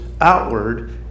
outward